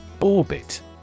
Orbit